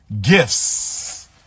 gifts